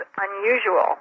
unusual